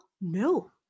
no